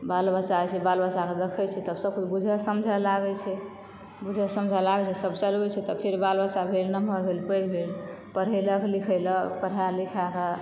बाल बच्चा जे छै बाल बच्चाके दखै छै तऽ सब कुछ बुझए समझए लागै छै बुझए समझए लागै छै सब चलबै छै तऽ फेर बाल बच्चा भेल नमहर भेल पैघ भेल पढ़ेलक लिखेलक पढ़ाए लिखाएकऽ